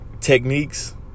techniques